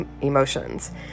emotions